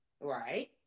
Right